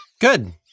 Good